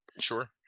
sure